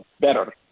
better